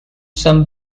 some